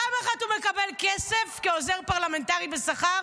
פעם אחת הוא מקבל כסף כעוזר פרלמנטרי בשכר,